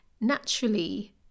naturally